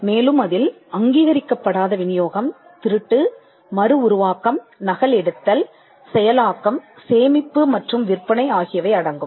மேலும் அதில் அங்கீகரிக்கப்படாத விநியோகம் திருட்டு மறுஉருவாக்கம் நகல் எடுத்தல் செயலாக்கம்சேமிப்பு மற்றும் விற்பனை ஆகியவை அடங்கும்